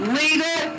legal